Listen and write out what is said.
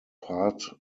part